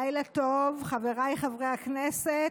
לילה טוב, חבריי חברי הכנסת.